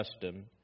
custom